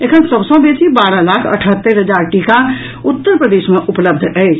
एखन सभसॅ बेसी बारह लाख अठहत्तरि हजार टीका उत्तर प्रदेश मे उपलब्ध अछि